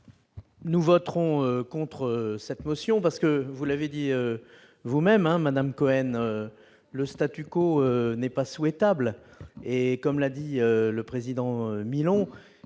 Nous voterons contre cette motion, parce que- vous l'avez dit vous-même, madame Cohen -le n'est pas souhaitable. Comme l'a dit le président Milon,